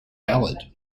valid